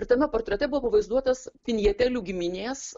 ir tame portrete buvo pavaizduotas pinjetelių giminės